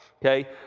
okay